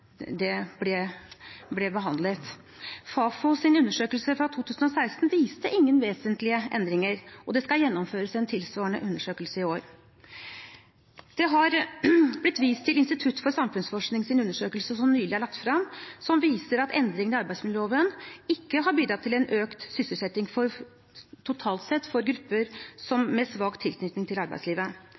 det ble behandlet. Fafos undersøkelse fra 2016 viste ingen vesentlige endringer, og det skal gjennomføres en tilsvarende undersøkelse i år. Det har blitt vist til undersøkelsen fra Institutt for samfunnsforskning som nylig er lagt fram, som viser at endringene i arbeidsmiljøloven ikke har bidratt til økt sysselsetting totalt sett for grupper med svak tilknytning til arbeidslivet.